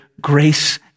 grace